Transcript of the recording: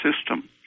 system